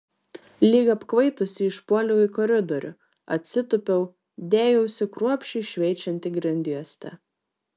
lyg apkvaitusi išpuoliau į koridorių atsitūpiau ir dėjausi kruopščiai šveičianti grindjuostę